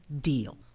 deal